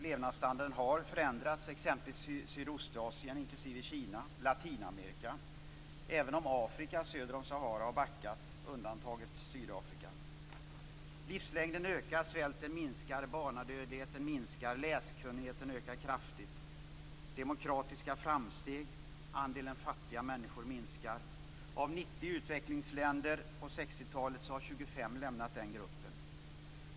Levnadsstandarden har förändrats, exempelvis i Sydostasien, inklusive Kina, och i Latinamerika. Afrika söder om Sahara, Sydafrika undantaget, har däremot backat. Livslängden ökar och svälten minskar. Barnadödligheten minskar och läskunnigheten ökar kraftigt. Demokratiska framsteg görs. Andelen fattiga människor minskar. Av 90 utvecklingsländer på 60-talet har 25 lämnat gruppen.